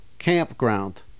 campground